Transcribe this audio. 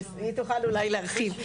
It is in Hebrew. היא תוכל אולי להרחיב.